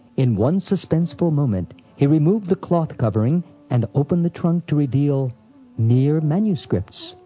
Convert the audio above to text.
in one suspenseful moment, he removed the cloth covering and opened the trunk to reveal mere manuscripts.